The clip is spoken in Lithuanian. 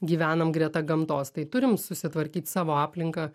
gyvenam greta gamtos tai turim susitvarkyt savo aplinką